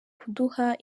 kuduha